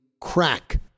crack